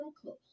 close